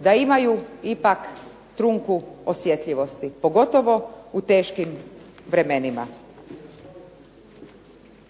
da imaju ipak trunku osjetljivosti pogotovo u teškim vremenima.